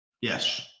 Yes